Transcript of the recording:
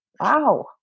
wow